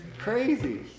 Crazy